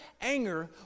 anger